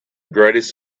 greatest